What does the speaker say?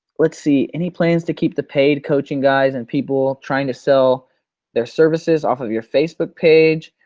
let's see, any plans to keep the paid coaching guys and people trying to sell their services off of your facebook page.